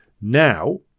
now